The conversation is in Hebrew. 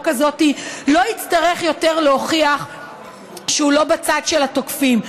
הזאת לא יצטרך יותר להוכיח שהוא לא בצד של התוקפים.